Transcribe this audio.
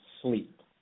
sleep